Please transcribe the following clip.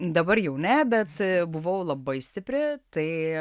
dabar jau ne bet buvau labai stipri tai